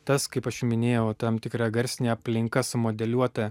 tas kaip aš minėjau tam tikra garsinė aplinka sumodeliuota